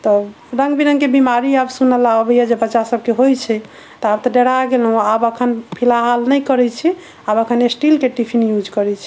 तऽ रङ्ग बिरङ्गके बीमारी आब सुनऽ लेल आबैए जे बच्चा सबके होइ छै तऽ आब तऽ डेरा गेलहुँ आब एखन फिलहाल नहि करै छी आब एखन स्टीलके टिफिन यूज करै छी